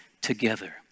together